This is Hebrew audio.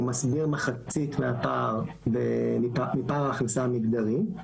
הוא מסביר מחצית מפער ההכנסה המגדרי.